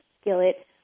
skillet